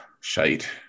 shite